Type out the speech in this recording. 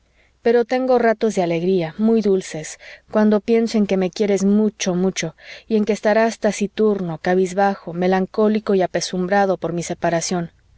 pero tengo ratos de alegría muy dulces cuando pienso en que me quieres mucho mucho y en que estarás taciturno cabizbajo melancólico y apesadumbrado por mi separación